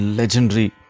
legendary